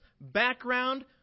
background